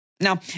Now